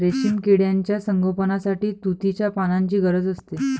रेशीम किड्यांच्या संगोपनासाठी तुतीच्या पानांची गरज असते